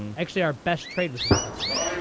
and actually our best trade was in tesla.